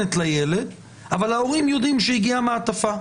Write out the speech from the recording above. אבל ההורים יודעים שהגיעה מעטפה,